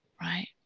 Right